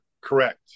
correct